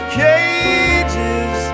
cages